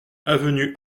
avenue